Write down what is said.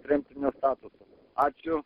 tremtinio statusas ačiū